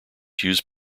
use